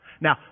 Now